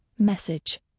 message